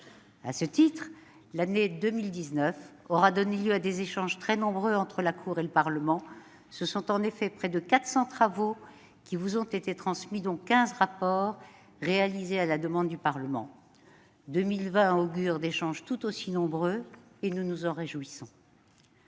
À ce titre, l'année 2019 aura donné lieu à des échanges très nombreux entre la Cour et le Parlement. Ce sont en effet près de 400 travaux qui vous ont été transmis, dont 15 rapports réalisés à la demande du Parlement. L'année 2020 augure d'échanges tout aussi nombreux, ce dont nous nous réjouissons.